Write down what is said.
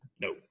no